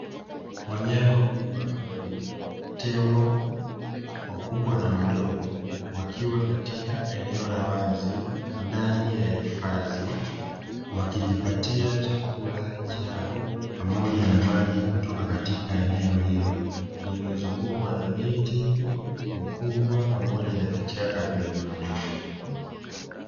Wanyama wakubwa wa porini, tembo wakubwa na wadogo wakiwa katika eneo la wazi ndani ya hifadhi wakijipatia chakula chao pamoja na maji kutoka katika eneo hilo, lililozungukwa na miti mikubwa pamoja na vichaka vidogo vidogo.